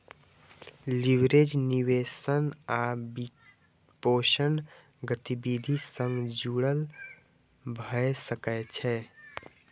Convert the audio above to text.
leverage निवेश आ वित्तपोषण गतिविधि सं जुड़ल भए सकै छै